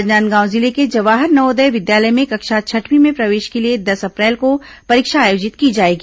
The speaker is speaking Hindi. राजनांदगांव जिले के जवाहर नवोदय विद्यालय में कक्षा छठवीं में प्रवेश के लिए दस अप्रैल को परीक्षा आयोजित की जाएगी